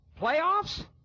playoffs